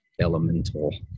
Elemental